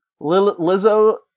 Lizzo